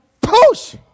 push